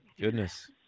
Goodness